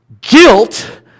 guilt